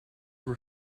were